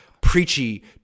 preachy